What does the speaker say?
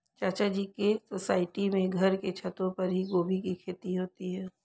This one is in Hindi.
चाचा जी के सोसाइटी में घर के छतों पर ही गोभी की खेती होती है